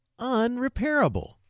unrepairable